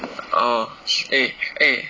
orh eh eh